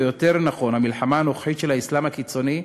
או יותר נכון המלחמה הנוכחית של האסלאם הקיצוני,